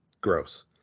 gross